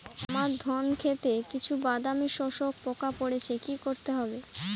আমার ধন খেতে কিছু বাদামী শোষক পোকা পড়েছে কি করতে হবে?